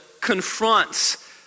confronts